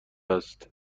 است